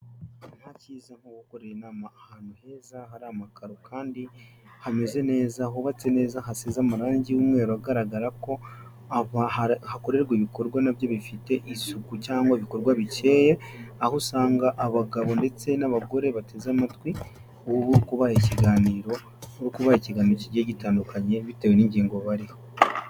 Nta kiza nk'uwokoreraye inama ahantu heza hari amakaro kandi hameze neza hubatse neza hasize amarangi y'umweru agaragara ko hakorerwa ibikorwa nabyo bifite isuku cyangwa ibikorwa bikeye aho usanga abagabo ndetse n'abagore bateze amatwi uri kubaha ikiganiro kigiye gitandukanye bitewe n'ingingo bariho.